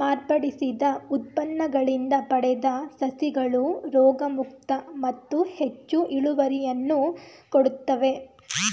ಮಾರ್ಪಡಿಸಿದ ಉತ್ಪನ್ನಗಳಿಂದ ಪಡೆದ ಸಸಿಗಳು ರೋಗಮುಕ್ತ ಮತ್ತು ಹೆಚ್ಚು ಇಳುವರಿಯನ್ನು ಕೊಡುತ್ತವೆ